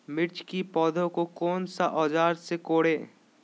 मिर्च की पौधे को कौन सा औजार से कोरे?